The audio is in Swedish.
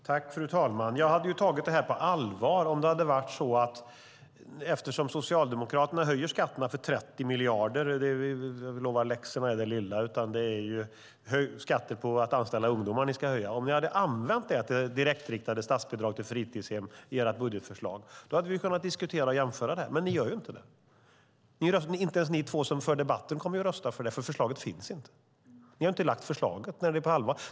Fru talman! Socialdemokraterna höjer skatterna med 30 miljarder. Jag lovar att detta med läxorna är det lilla; det är skatter på att anställa ungdomar ni ska höja. Jag hade tagit det ni säger i dagens debatt på allvar om ni hade använt dessa skattehöjningar till direktriktade statsbidrag till fritidshem i ert budgetförslag. Då hade vi kunnat diskutera och jämföra. Men ni gör inte det. Inte ens ni två som för debatten kommer att rösta för det, för något sådant förslag finns inte. Ni har inte lagt fram förslaget.